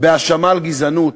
מהאשמה בגזענות,